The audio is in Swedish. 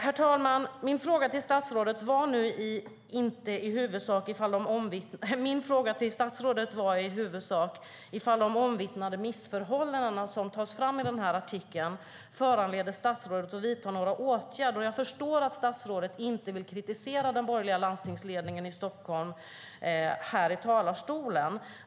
Herr talman! Min fråga till statsrådet var i huvudsak ifall de omvittnade missförhållanden som tas fram i artikeln föranleder statsrådet att vidta några åtgärder. Jag förstår att statsrådet inte vill kritisera den borgerliga landstingsledningen i Stockholm här i talarstolen.